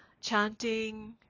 chanting